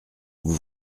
vous